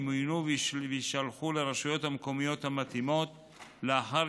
ימוינו ויישלחו לרשויות המקומיות המתאימות לאחר